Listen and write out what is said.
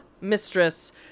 mistress